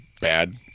bad